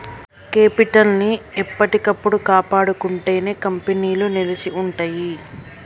capital ని ఎప్పటికప్పుడు కాపాడుకుంటేనే కంపెనీలు నిలిచి ఉంటయ్యి